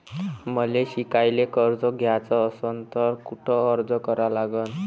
मले शिकायले कर्ज घ्याच असन तर कुठ अर्ज करा लागन?